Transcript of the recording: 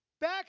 back